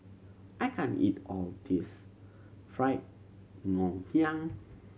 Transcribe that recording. I can't eat all of this fried Ngoh Hiang